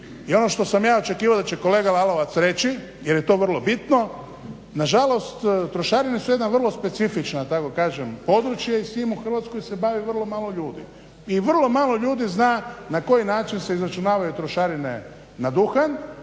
i ono što sam ja očekivao da će kolega Lalovac reći jer je to vrlo bitno, na žalost trošarine su jedna vrlo specifična da tako kažem područje i s njim u Hrvatskoj se bavi vrlo malo ljudi i vrlo malo ljudi zna na koji način se izračunavaju trošarine na duhan